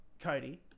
Cody